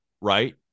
right